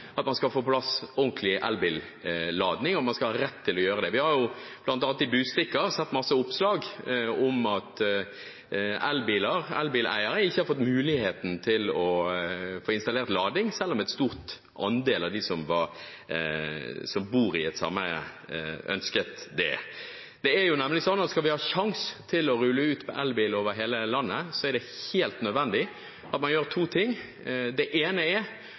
at man skal få på plass ordentlig elbillading, og at man skal ha rett til å gjøre det. Vi har sett mange oppslag, bl.a. i Budstikka, om at elbileiere ikke har fått mulighet til å installere ladepunkt, selv om en stor andel av dem som bor i sameiet, ønsket det. Det er nemlig slik at skal vi ha sjanse til å rulle ut elbiler over hele landet, er det helt nødvendig at man gjør to ting: Det ene er